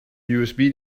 usb